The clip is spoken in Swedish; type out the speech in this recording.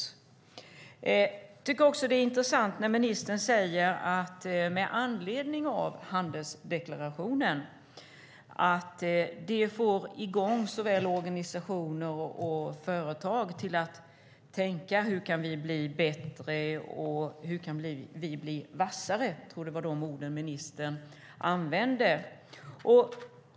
Jag tycker att det är intressant när ministern med anledning av handelsdeklarationen säger att det får i gång såväl organisationer som företag att tänka på hur de kan bli bättre och vassare. Jag tror att det var de ord ministern använde.